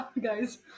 guys